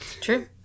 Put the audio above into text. true